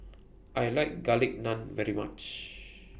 I like Garlic Naan very much